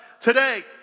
Today